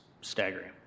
staggering